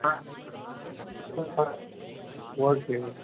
ah okay okay